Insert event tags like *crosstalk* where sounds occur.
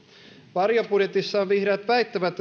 varjobudjetissaan vihreät väittävät *unintelligible*